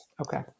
Okay